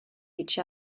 each